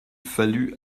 fallu